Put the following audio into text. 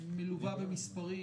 מלווה במספרים,